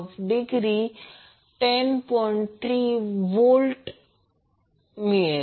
3 degree volt मिळेल